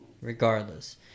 regardless